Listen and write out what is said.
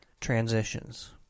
transitions